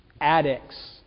addicts